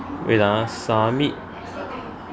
wait ah submit